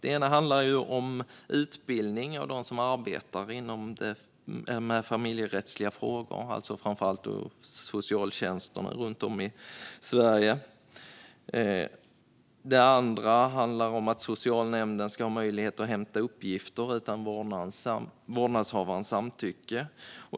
Det ena handlar om utbildning av dem som arbetar med familjerättsliga frågor, alltså framför allt socialtjänsterna runt om i Sverige. Det andra handlar om att socialnämnden ska ha möjlighet att hämta uppgifter utan vårdnadshavarens samtycke.